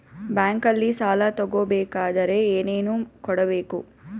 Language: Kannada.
ಬ್ಯಾಂಕಲ್ಲಿ ಸಾಲ ತಗೋ ಬೇಕಾದರೆ ಏನೇನು ಕೊಡಬೇಕು?